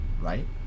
right